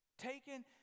Taken